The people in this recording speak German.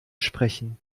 sprechen